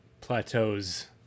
plateaus